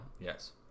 yes